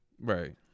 Right